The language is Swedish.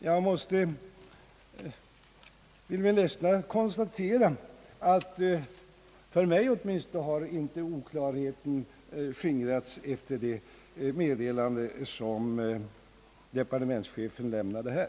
Jag måste till min ledsnad konstatera att åtminstone för mig har oklarheten icke skingrats efter det meddelande som departementschefen lämnat här.